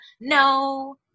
no